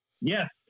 Yes